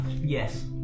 yes